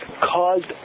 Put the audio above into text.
caused